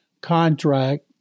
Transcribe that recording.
contract